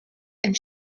and